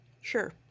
Sure